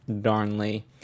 Darnley